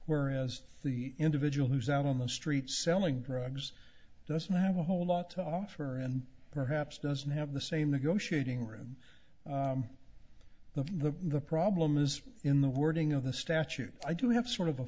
where as the individual who's out on the street selling drugs doesn't have a whole lot to offer and perhaps doesn't have the same negotiating room the the problem is in the wording of the statute i do have sort of a